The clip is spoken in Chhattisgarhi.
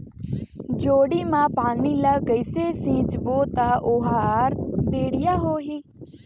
जोणी मा पानी ला कइसे सिंचबो ता ओहार बेडिया होही?